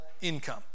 income